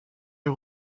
est